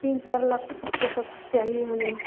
तीन चार लाख के तक चाहिए हमें